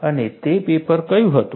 અને તે પેપર કયું હતું